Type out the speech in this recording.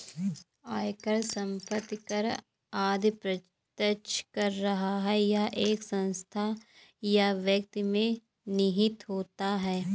आयकर, संपत्ति कर आदि प्रत्यक्ष कर है यह एक संस्था या व्यक्ति में निहित होता है